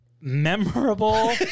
memorable